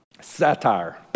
satire